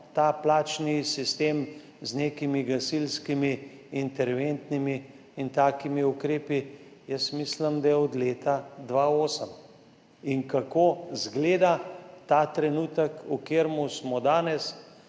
ta plačni sistem z nekimi gasilskimi, interventnimi in takimi ukrepi? Jaz mislim, da od leta 2008. Kako izgleda ta trenutek, v katerem smo danes?